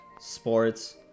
Sports